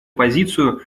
позицию